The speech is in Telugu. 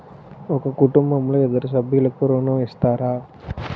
ఒక కుటుంబంలో ఇద్దరు సభ్యులకు ఋణం ఇస్తారా?